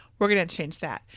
we're going to change that.